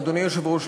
אדוני היושב-ראש,